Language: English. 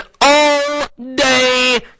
all-day